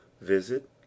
visit